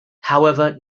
however